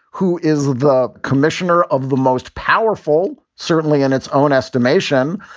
who is the commissioner of the most powerful, certainly in its own estimation,